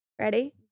Ready